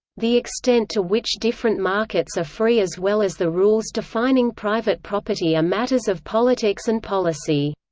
the extent to which different markets are free as well as the rules defining private property are matters of politics and policy.